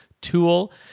tool